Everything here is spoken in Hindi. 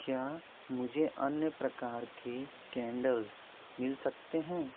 क्या मुझे अन्य प्रकार के कैंडल्स मिल सकते हैं